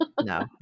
no